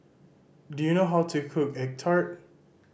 do you know how to cook egg tart